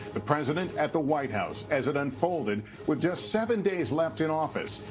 the president at the white house as it unfolded with just seven days left in office.